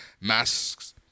Masks